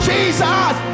Jesus